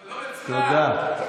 תודה.